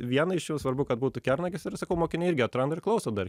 viena iš jų svarbu kad būtų kernagis ir sakau mokiniai irgi atranda ir klauso dar